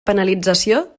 penalització